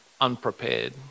unprepared